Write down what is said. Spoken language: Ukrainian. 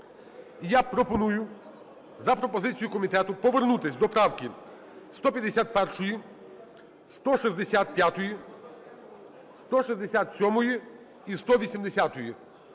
я пропоную, за пропозицією комітету, повернутися до правки 151, 165, 167 і 180.